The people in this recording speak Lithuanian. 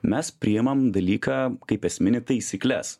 mes priimam dalyką kaip esminį taisykles